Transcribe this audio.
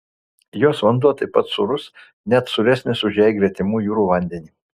jos vanduo taip pat sūrus net sūresnis už jai gretimų jūrų vandenį